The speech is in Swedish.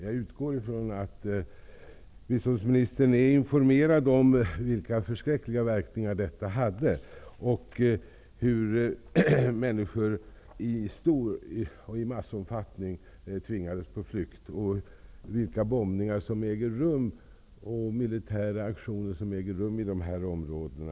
Jag utgår ifrån att biståndsministern är informerad om vilka förskräckliga verkningar detta hade, hur massor av människor tvingades på flykt och vilka bombningar och militära aktioner som äger rum i dessa områden.